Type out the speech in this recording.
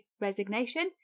Resignation